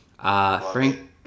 Frank